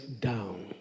down